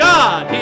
God